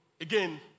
again